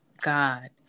God